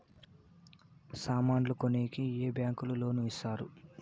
సామాన్లు కొనేకి ఏ బ్యాంకులు లోను ఇస్తారు?